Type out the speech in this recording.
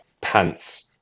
pants